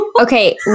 Okay